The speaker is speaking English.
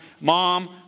mom